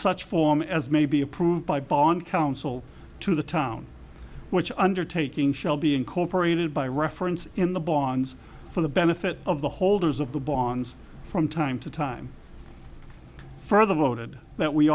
such form as may be approved by bond council to the town which undertaking shall be incorporated by reference in the bonds for the benefit of the holders of the bonds from time to time further voted that we